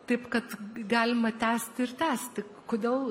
taip kad galima tęsti ir tęsti kodėl